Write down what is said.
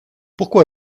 pourquoi